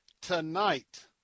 tonight